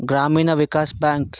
Gramin Vikas bank